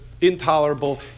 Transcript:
intolerable